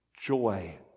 joy